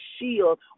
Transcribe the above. shield